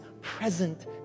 present